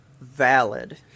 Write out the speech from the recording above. valid